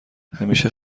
همیشه